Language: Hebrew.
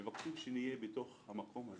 מבקשים שנהיה בתוך המקום הזה.